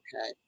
okay